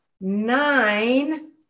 nine